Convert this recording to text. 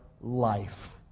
life